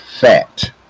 fat